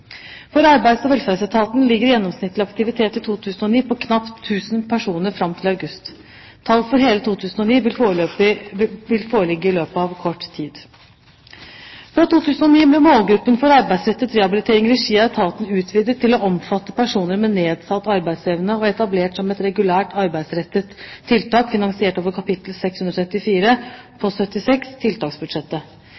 For Arbeids- og velferdsetaten ligger gjennomsnittlig aktivitet i 2009 på knapt 1 000 personer fram til august. Tall for hele 2009 vil foreligge i løpet av kort tid. Fra 2009 ble målgruppen for arbeidsrettet rehabilitering i regi av etaten utvidet til å omfatte personer med nedsatt arbeidsevne og etablert som et regulært arbeidsrettet tiltak finansiert over